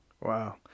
Wow